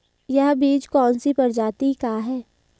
यह बीज कौन सी प्रजाति का है?